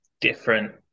different